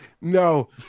No